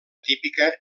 típica